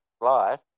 life